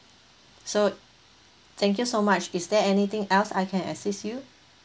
so thank you so much is there anything else I can assist you